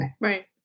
Right